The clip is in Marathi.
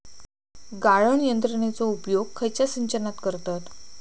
गाळण यंत्रनेचो उपयोग खयच्या सिंचनात करतत?